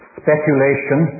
speculation